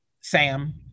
Sam